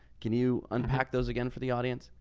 can you unpack those again for the audience?